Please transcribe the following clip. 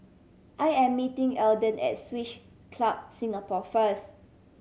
I am meeting Eldon at Swiss Club Singapore first